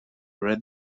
read